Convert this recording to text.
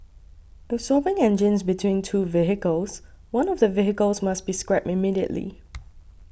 if swapping engines between two vehicles one of the vehicles must be scrapped immediately